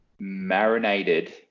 marinated